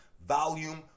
volume